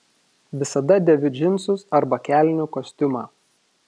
visada dėviu džinsus arba kelnių kostiumą